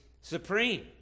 supreme